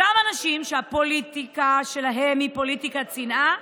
אותם אנשים שהפוליטיקה שלהם היא פוליטיקת שנאה,